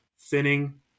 thinning